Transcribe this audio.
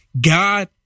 God